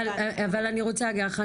אבל אני רוצה להגיד לך,